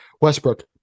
Westbrook